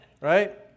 right